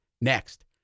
Next